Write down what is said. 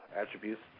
attributes